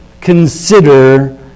consider